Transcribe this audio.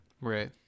Right